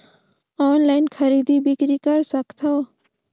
Online खरीदी बिक्री कर सकथव?